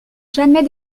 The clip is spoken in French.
jamais